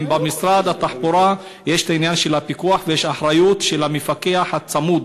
אם במשרד התחבורה יש עניין של פיקוח ויש אחריות של המפקח הצמוד.